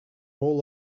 all